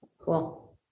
Cool